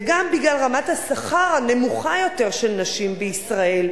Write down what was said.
וגם בגלל רמת השכר הנמוכה יותר של נשים בישראל,